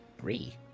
Three